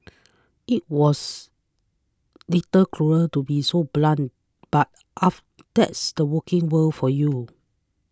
it was little cruel to be so blunt but of that's the working world for you